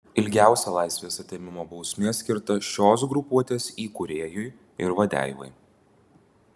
ilgiausia laisvės atėmimo bausmė skirta šios grupuotės įkūrėjui ir vadeivai